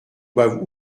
doivent